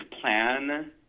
plan